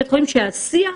שהשיח